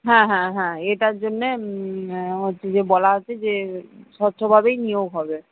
হ্যাঁ হ্যাঁ হ্যাঁ এটার জন্যে বলা হচ্ছে যে স্বচ্ছভাবেই নিয়োগ হবে